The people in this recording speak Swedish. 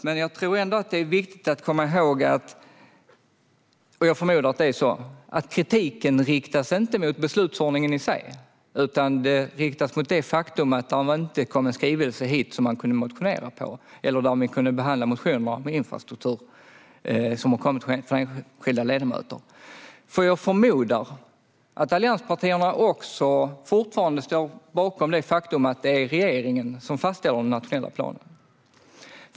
Men det är ändå viktigt att komma ihåg att kritiken inte riktas mot beslutsordningen i sig - jag förmodar att det är på det sättet - utan mot det faktum att det inte kom en skrivelse som man kunde motionera på och att vi inte kunde behandla motioner om infrastrukturen från enskilda ledamöter. Jag förmodar nämligen att allianspartierna fortfarande står bakom att det är regeringen som fastställer den nationella planen.